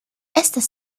estas